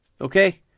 Okay